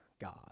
God